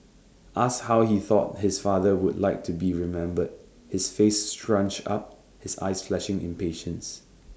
asked how he thought his father would like to be remembered his face scrunched up his eyes flashing impatience